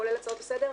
כולל הצעות לסדר,